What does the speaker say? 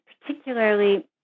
particularly